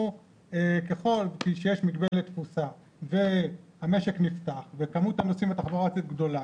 ככל שיש מגבלת תפוסה והמשק נפתח וכמות הנוסעים בתחבורה הציבורית גדולה,